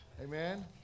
Amen